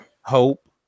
hope